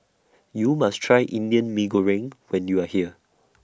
YOU must Try Indian Mee Goreng when YOU Are here